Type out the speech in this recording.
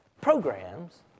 programs